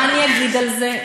מה אני אגיד על זה?